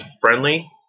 friendly